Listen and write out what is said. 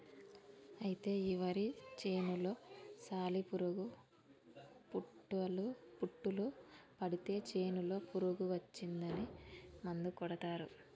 అయితే ఈ వరి చేనులో సాలి పురుగు పుట్టులు పడితే చేనులో పురుగు వచ్చిందని మందు కొడతారు